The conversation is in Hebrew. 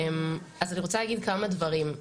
אני רוצה להגיד כמה דברים.